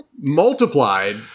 multiplied